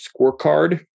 scorecard